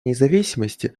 независимости